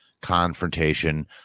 confrontation